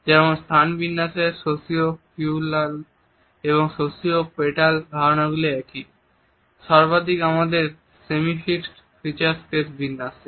যেমন স্থান বিন্যাসের সোশিও ফিউগাল এবং সোশিও পেটাল ধারণাগুলি একই সর্বাধিক আমাদের সেমি ফিক্সড ফিচার স্পেস বিন্যাসে